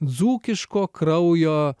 dzūkiško kraujo